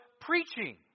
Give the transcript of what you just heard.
preaching